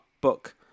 book